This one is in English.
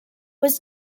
was